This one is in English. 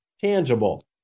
tangible